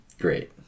Great